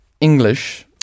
English